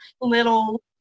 little